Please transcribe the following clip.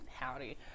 howdy